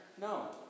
No